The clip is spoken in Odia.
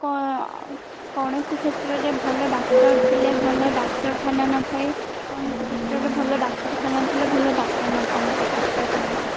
କ କୌଣସି କ୍ଷେତ୍ରରେ ଭଲ ଡକ୍ଟର ଥିଲେ ଭଲ ଡାକ୍ଟରଖାନା ନଥାଏ କୌଣସି କ୍ଷେତ୍ରରେ ଭଲ ଡାକ୍ଟରଖାନା ଥିଲେ ଭଲ ଡକ୍ଟର ନଥାନ୍ତି ଚିକିତ୍ସା ପାଇଁ